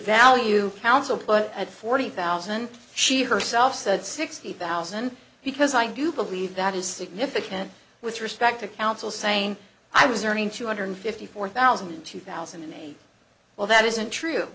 value council but at forty thousand she herself said sixty thousand because i do believe that is significant with respect to council saying i was earning two hundred fifty four thousand in two thousand and eight well that isn't true